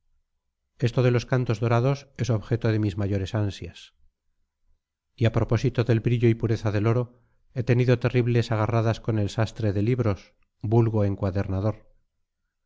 esto de los cantos dorados es objeto de mis mayores ansias y a propósito del brillo y pureza del oro he tenido terribles agarradas con el sastre de libros vulgo encuadernador